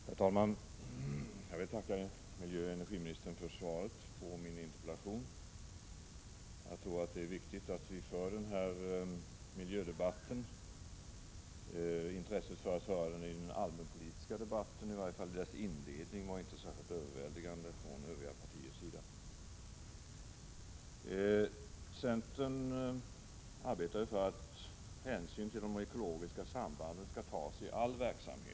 Herr talman! Jag vill tacka miljöoch energiministern för svaret på min interpellation. Jag tror att det är viktigt att vi för den här miljödebatten. Intresset för att föra den i den allmänpolitiska debatten, i varje fall i dess inledning, var dock inte särskilt överväldigande från övriga partiers sida. Centern arbetar för att hänsyn till de ekologiska sambanden skall tas i all verksamhet.